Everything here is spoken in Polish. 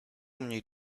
mniej